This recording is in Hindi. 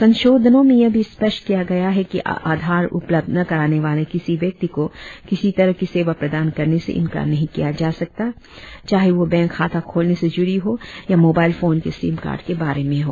संशोधनों में यह भी स्पष्ट किया गया है कि आधार उपलब्ध न कराने वाले किसी व्यक्ति को किसी तरह की सेवा प्रदान करने से इंकार नहीं किया जा सकता चाहे वह बैंक खाता खोलने से जुड़ी हो या मोबाइल फोन के सिम कार्ड के बारे में हो